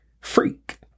freak